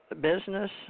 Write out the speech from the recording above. business